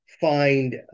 find